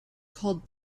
called